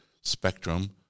spectrum